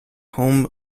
home